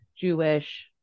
jewish